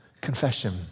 confession